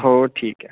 हो ठीक आहे